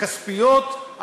הכספיות,